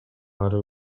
ары